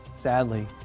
Sadly